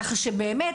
כך שבאמת